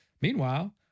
Meanwhile